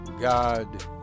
god